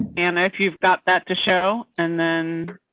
and if you've got that to show, and then.